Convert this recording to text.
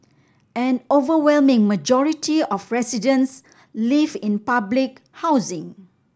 an overwhelming majority of residents live in public housing